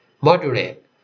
moderate